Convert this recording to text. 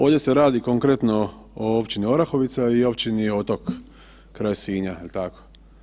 Ovdje se radi, konkretno o općini Orahovica i općini Otok kraj Sinja, je li tako?